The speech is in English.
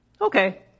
Okay